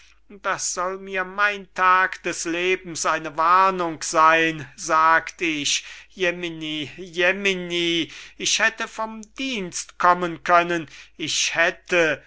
das soll mir mein tag des lebens eine warnung seyn sagt ich jemini jemini ich hätte vom dienst kommen können ich hätte